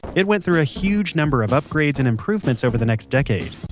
it went through a huge number of upgrades and improvements over the next decade,